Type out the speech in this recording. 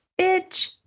bitch